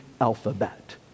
alphabet